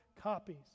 copies